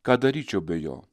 ką daryčiau be jo